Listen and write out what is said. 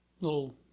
little